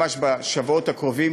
זה ממש בשבועות הקרובים,